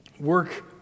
work